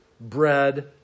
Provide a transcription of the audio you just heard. bread